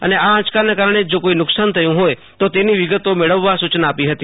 અને આ આંચકાના કારણે જો કોઈ નુકશાન થયું હોય તો તેની વિગતો મેળવવા સુયના આપી હતી